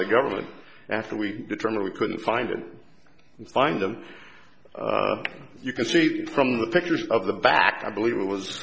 the government after we determined we couldn't find it and find them you can see from the pictures of the back i believe it was